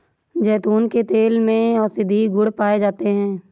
जैतून के तेल में औषधीय गुण पाए जाते हैं